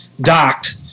docked